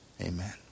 Amen